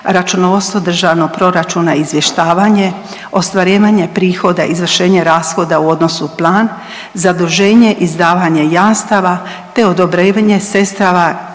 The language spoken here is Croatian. računovodstvo državnog proračuna i izvještavanje, ostvarivanje prihoda, izvršenje rashoda u odnosu plan, zaduženje izdavanja jamstava te .../Govornik se